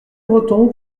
breton